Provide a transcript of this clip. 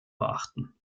beachten